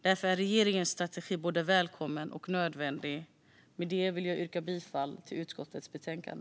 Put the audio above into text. Därför är regeringens strategi både välkommen och nödvändig. Med detta vill jag yrka bifall till utskottets förslag.